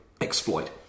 exploit